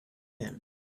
him